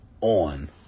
on